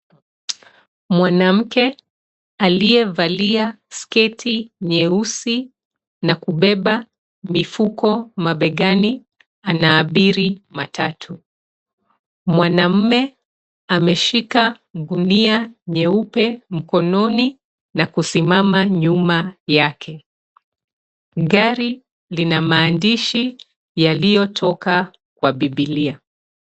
Mwanamke aliyevalia sketi nyeusi na kubeba mifuko mabegani anaabiri matatu. Mwanamume ameshika gunia nyeupe mkononi na kusimama nyuma yake. Gari lina maandishi yaliyotoka kwa bibilia.